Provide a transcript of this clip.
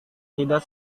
tidak